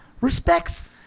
respects